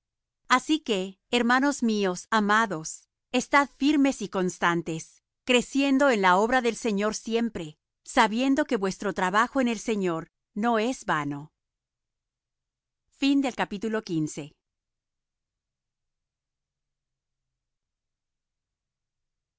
así que hermanos míos amados estad firmes y constantes creciendo en la obra del señor siempre sabiendo que vuestro trabajo en el señor no es vano